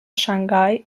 shanghai